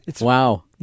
Wow